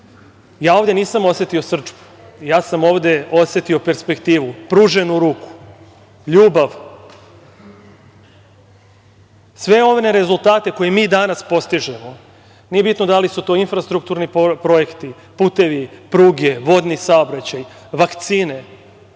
ovde nisam osetio srdžbu, ja sam ovde osetio perspektivu, pruženu ruku, ljubav. Sve one rezultate koje mi danas postižemo, nije bitno da li su to infrastrukturni projekti, putevi, pruge, vodni saobraćaj, vakcine,